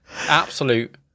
Absolute